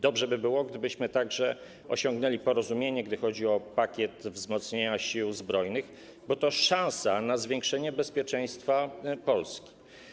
Dobrze by było, gdybyśmy także osiągnęli porozumienie, gdy chodzi o pakiet wzmocnienia Sił Zbrojnych, bo to szansa na zwiększenie bezpieczeństwa Polski.